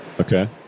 Okay